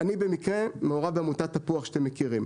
אני במקרה מעורב בעמותת תפוח שאתם מכירים.